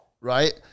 Right